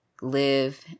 live